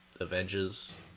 Avengers